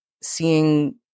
seeing